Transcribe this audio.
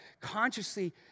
consciously